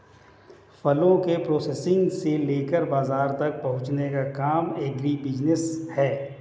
फलों के प्रोसेसिंग से लेकर बाजार तक पहुंचने का काम एग्रीबिजनेस है